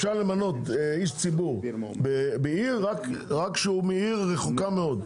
אפשר למנות איש ציבור בעיר רק כשהוא מעיר רחוקה מאוד.